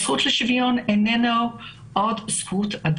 הזכות לשווין איננה עוד זכות,